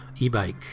e-bike